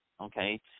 okay